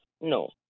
No